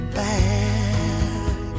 back